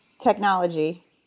Technology